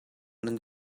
nan